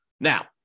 Now